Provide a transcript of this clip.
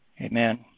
Amen